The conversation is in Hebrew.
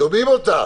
שומעים אותך.